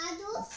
आजू